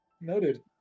Noted